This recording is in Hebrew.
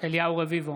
אליהו רביבו,